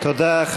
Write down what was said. תודה.